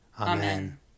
Amen